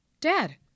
dad